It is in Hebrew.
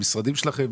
במשרדים שלכם